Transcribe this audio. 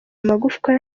amagufwa